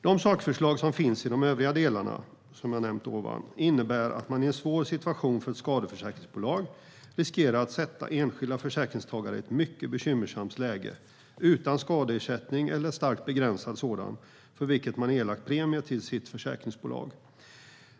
De sakförslag som finns i de övriga delarna, som jag har nämnt ovan, innebär att man i en svår situation för ett skadeförsäkringsbolag riskerar att sätta enskilda försäkringstagare i ett mycket bekymmersamt läge utan skadeersättning, eller en starkt begränsad sådan, för vilket man erlagt premier till sitt försäkringsbolag.